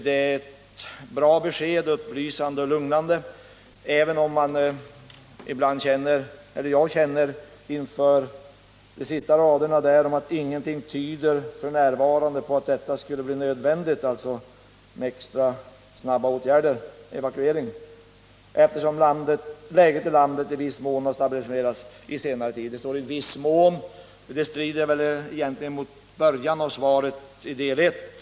Det är ett bra, upplysande och lugnande besked. I de sista raderna av svaret säger utrikesministern att ingenting f. n. tyder på att det skulle bli nödvändigt att genomföra en evakuering eller att vidtaga extra snabba åtgärder, eftersom läget i landet i viss mån har stabiliserats på senare tid. Det står ”i viss mån”, vilket väl egentligen strider mot början av svaret i del 1.